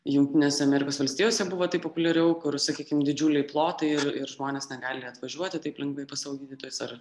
jungtinėse amerikos valstijose buvo tai populiariau kur sakykim didžiuliai plotai ir ir žmonės negali atvažiuoti taip lengvai pas savo gydytojus ar